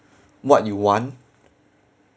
what you want